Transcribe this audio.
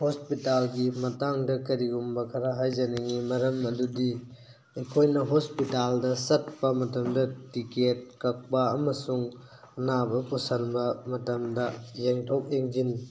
ꯍꯣꯁꯄꯤꯇꯥꯜꯒꯤ ꯃꯇꯥꯡꯗ ꯀꯔꯤꯒꯨꯝꯕ ꯈꯔ ꯍꯥꯏꯖꯅꯤꯡꯉꯤ ꯃꯔꯝ ꯑꯗꯨꯗꯤ ꯑꯩꯈꯣꯏꯅ ꯍꯣꯁꯄꯤꯇꯥꯜꯗ ꯆꯠꯄ ꯃꯇꯝꯗ ꯇꯤꯀꯦꯠ ꯀꯛꯄ ꯑꯃꯁꯨꯡ ꯑꯅꯥꯕ ꯄꯨꯁꯤꯟꯕ ꯃꯇꯝꯗ ꯌꯦꯡꯊꯣꯛ ꯌꯦꯡꯁꯤꯟ